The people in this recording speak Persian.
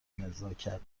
نزاکت